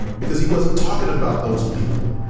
because he wasn't talking about those people.